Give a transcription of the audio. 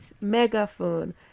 megaphone